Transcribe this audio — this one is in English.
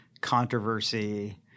controversy